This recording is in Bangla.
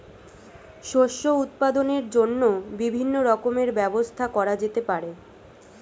শস্য উৎপাদনের জন্য বিভিন্ন রকমের ব্যবস্থা করা যেতে পারে